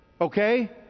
okay